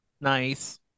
Nice